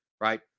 right